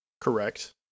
Correct